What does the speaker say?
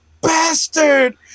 bastard